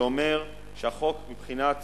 זה אומר שהחוק, מבחינת